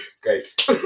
Great